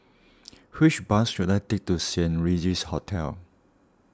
which bus should I take to Saint Regis Hotel